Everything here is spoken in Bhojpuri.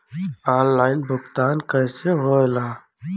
ऑनलाइन भुगतान कैसे होए ला?